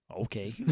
Okay